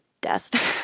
death